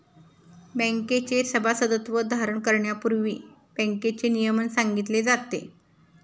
बँकेचे सभासदत्व धारण करण्यापूर्वी बँकेचे नियमन सांगितले जाते